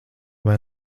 vai